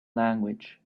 language